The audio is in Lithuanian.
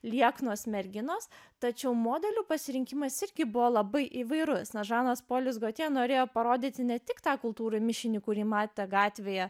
lieknos merginos tačiau modelių pasirinkimas irgi buvo labai įvairus nes žanas polis gotje norėjo parodyti ne tik tą kultūrų mišinį kurį matė gatvėje